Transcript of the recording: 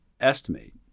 estimate